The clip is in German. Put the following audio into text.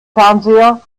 fernseher